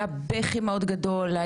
היה בכי מאוד גדול,